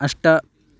अष्ट